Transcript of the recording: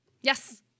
Yes